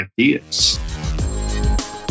ideas